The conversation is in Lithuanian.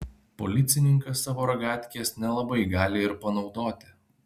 policininkas savo ragatkės nelabai gali ir panaudoti